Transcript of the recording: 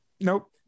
nope